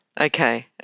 Okay